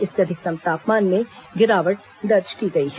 इससे अधिकतम तापमान में गिरावट दर्ज की गई है